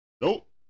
Nope